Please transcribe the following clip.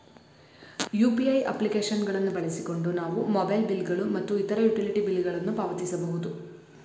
UPI application ಗಳನ್ನು ಬಳಸಿಕೊಂಡು ನಾವು ಮೊಬೈಲ್ ಬಿಲ್ ಗಳು ಮತ್ತು ಇತರ ಯುಟಿಲಿಟಿ ಬಿಲ್ ಗಳನ್ನು ಪಾವತಿಸಬಹುದು